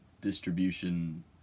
distribution